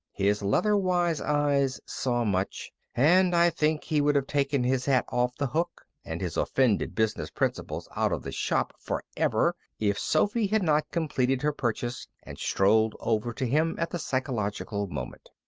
his leather-wise eyes saw much, and i think he would have taken his hat off the hook, and his offended business principles out of the shop forever if sophy had not completed her purchase and strolled over to him at the psychological moment.